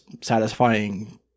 satisfying